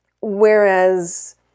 whereas